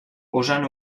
usen